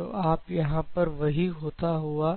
तो आप यहां पर वही होता हुआ